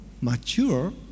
mature